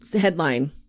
headline